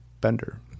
Bender